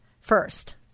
first